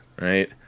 right